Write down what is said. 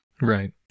Right